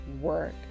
work